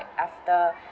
after